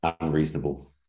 unreasonable